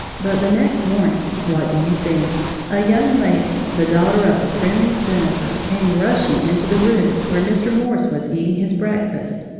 but the next morning what do you think a young lady, the daughter of the friendly senator, came rushing into the room where mr. morse was eating his breakfast,